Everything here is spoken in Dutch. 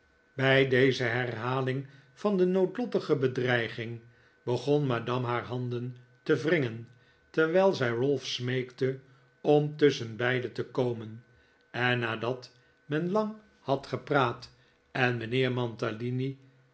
bij deze herhaling van de noodlottige bedreiging begon madame haar handen te wringen terwijl zij ralph smeekte om tusschenbeide te komen en nadat men lan had gepraat en mijnheer mantalini